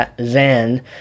Zan